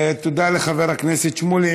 תודה לחבר הכנסת שמולי.